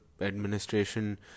administration